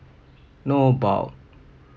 know about